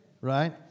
Right